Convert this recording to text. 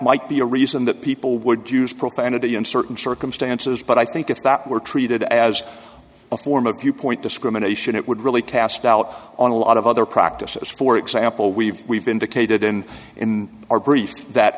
might be a reason that people would use profanity in certain circumstances but i think if that were treated as a form of viewpoint discrimination it would really cast doubt on a lot of other practices for example we've we've indicated in in our brief that